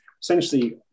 essentially